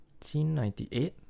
1998